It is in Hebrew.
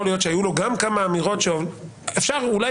יכול להיות שהיו לו גם כמה אמירות אפשר אולי